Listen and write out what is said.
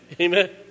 amen